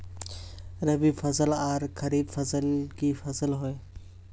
रवि फसल आर खरीफ फसल की फसल होय?